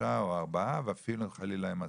שלושה או ארבעה ואפילו אם חלילה הם עשרה.